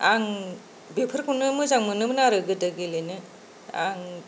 आं बेफोरखौनो मोजां मोनोमोन आरो गोदो गेलेनो आं